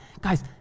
Guys